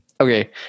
Okay